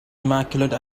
immaculate